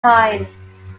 times